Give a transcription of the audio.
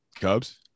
Cubs